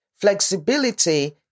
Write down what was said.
flexibility